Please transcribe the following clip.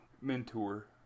mentor